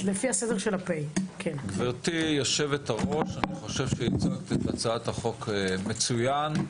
גברתי יושבת-הראש, הצגת את הצעת החוק מצוין.